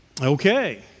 Okay